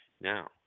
Now